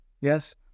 Yes